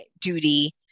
duty